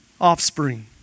offspring